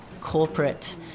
corporate